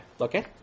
Okay